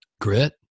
Grit